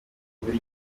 buri